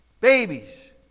babies